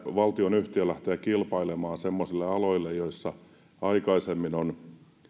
valtionyhtiö lähtee kilpailemaan semmoisille aloille jotka aikaisemmin on